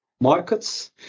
markets